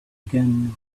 again